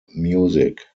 music